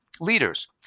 leaders